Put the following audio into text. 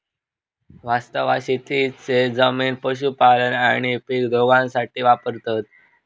वास्तवात शेतीची जमीन पशुपालन आणि पीक दोघांसाठी वापरतत